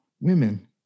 women